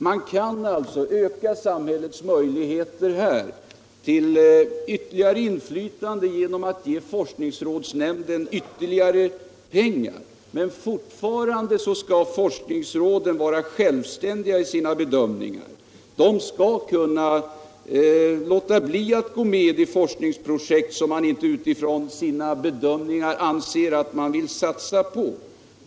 Man kan alltså öka samhällets möjligheter till ytterligare inflytande här genom att ge forskningsrådsnämnden ytterligare pengar, men fortfarande skall forskningsråden vara självständiga i sina bedömningar. De skall kunna låta bli att gå med i forskningsprojekt som de, från sina bedömningar, inte anser att de bör satsa på.